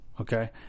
okay